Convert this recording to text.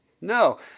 No